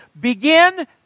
Begin